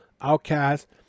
outcast